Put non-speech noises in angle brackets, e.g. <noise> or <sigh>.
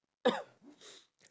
<coughs> <noise>